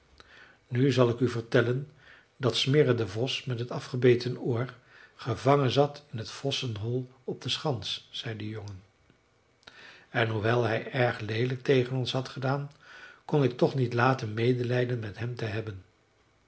nu zal ik u vertellen dat smirre de vos met het afgebeten oor gevangen zat in het vossenhol op de schans zei de jongen en hoewel hij erg leelijk tegen ons had gedaan kon ik toch niet laten medelijden met hem te hebben